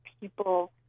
people